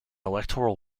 electoral